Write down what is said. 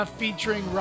featuring